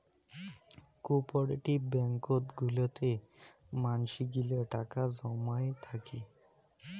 cooperative ব্যাঙ্কত গুলাতে মানসি গিলা টাকা জমাই থাকি